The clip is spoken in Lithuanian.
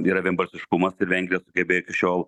yra vienbalsiškumas tai vengrija sugebėjo iki šiol